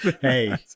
hey